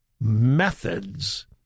methods